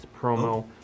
promo